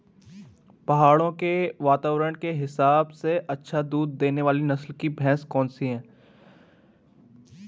पहाड़ों के वातावरण के हिसाब से अच्छा दूध देने वाली नस्ल की भैंस कौन सी हैं?